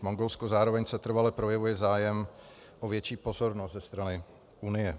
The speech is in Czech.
Mongolsko zároveň setrvale projevuje zájem o větší pozornost ze strany Unie.